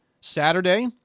Saturday